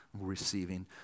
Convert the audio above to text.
receiving